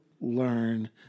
learn